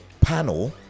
panel